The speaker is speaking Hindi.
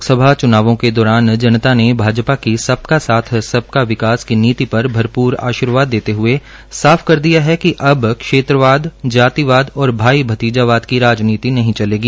लोकसभा चुनावों के दौरान जनता ने भाजपा की सबका साथ सबका विकास की नीति पर भरपूर आर्शीवाद देते हुए साफ कर दिया है कि अब क्षेत्रवाद जातिवाद और भाई भतीजावाद की राजनीति नहीं चलेगी